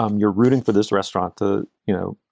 um you're rooting for this restaurant to, you know,